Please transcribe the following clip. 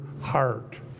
heart